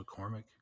McCormick